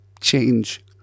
change